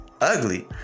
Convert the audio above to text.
ugly